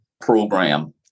Program